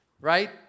right